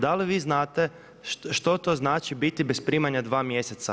Da li vi znate što to znači biti bez primanja dva mjeseca?